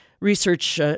research